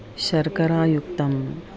शर्करायुक्तम्